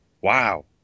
Wow